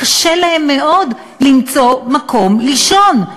קשה להם מאוד למצוא מקום לישון,